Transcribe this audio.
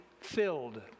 filled